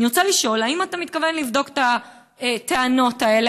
אני רוצה לשאול: האם אתה מתכוון לבדוק את הטענות האלה,